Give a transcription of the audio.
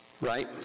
Right